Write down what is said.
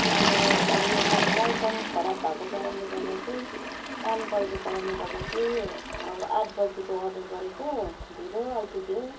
अन्त अब यो मौ मौसम खराब भएको कारणले गर्दा चाहिँ पानी परेको कारणले गर्दा चाहिँ अब आठ बजीको अर्डर गरेको ढिलो आइपुग्यो